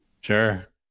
sure